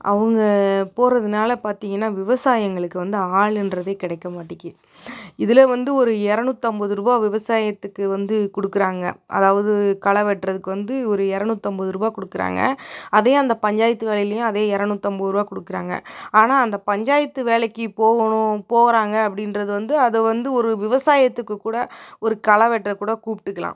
அவங்க போறதனால் பார்த்தீங்கன்னா விவசாயங்களுக்கு ஆளுன்றதே கிடைக்க மாட்டிக்கி இதில் வந்து ஒரு இரநூத்தம்பதுருவா விவசாயத்துக்கு வந்து கொடுக்கறாங்க அதாவது களை வெட்டுறதுக்கு வந்து ஒரு இரநூத்தம்பதுருபா கொடுக்கறாங்க அதையும் அந்த பஞ்சாயத்து வேலையிலியும் அதே இரநூத்தம்பதுருவா கொடுக்கறாங்க ஆனால் அந்த பஞ்சாயத்து வேலைக்கு போகணும் போறாங்க அப்படின்றது வந்து அதை வந்து ஒரு விவசாயத்துக்கு கூட ஒரு களை வெட்ட கூட கூப்பிட்டுக்கலாம்